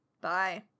Bye